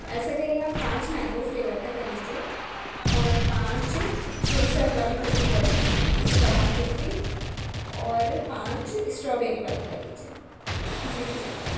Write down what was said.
ایسا کریے آپ پانچ مینگو فلیور کا کر لیجیے اور پانچ کیسر والی کلفی کر لیجیے کیسر بادام کلفی اور پانچ اسٹرابیری والی کر لیجیے جی ٹھیک ہے